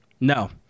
No